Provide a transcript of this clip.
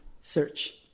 search